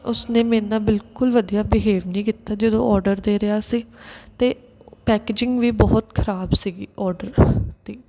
ਉਸਨੇ ਮੇਰੇ ਨਾਲ ਬਿਲਕੁਲ ਵਧੀਆ ਬਿਹੇਵ ਨਹੀਂ ਕੀਤਾ ਜਦੋਂ ਆਰਡਰ ਦੇ ਰਿਹਾ ਸੀ ਅਤੇ ਪੈਕਜਿੰਗ ਵੀ ਬਹੁਤ ਖ਼ਰਾਬ ਸੀਗੀ ਔਡਰ ਦੀ